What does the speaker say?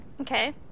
Okay